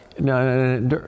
No